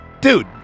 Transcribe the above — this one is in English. dude